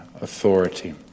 authority